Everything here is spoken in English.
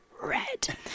red